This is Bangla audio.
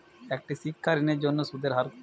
একটি শিক্ষা ঋণের জন্য সুদের হার কত?